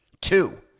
two